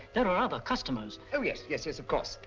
there are other customers. oh yes, yes yes of course.